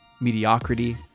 mediocrity